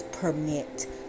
permit